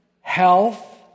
health